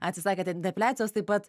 atsisakėte depiliacijos taip pat